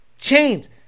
chains